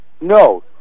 No